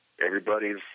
everybody's